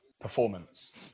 performance